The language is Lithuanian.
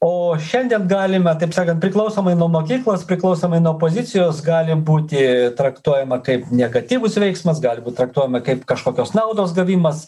o šiandien galime taip sakant priklausomai nuo mokyklos priklausomai nuo pozicijos gali būti traktuojama kaip negatyvus veiksmas gali būt traktuojama kaip kažkokios naudos gavimas